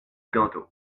ganto